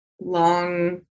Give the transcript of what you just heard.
long